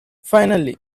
finally